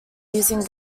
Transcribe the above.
using